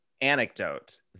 anecdote